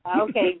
Okay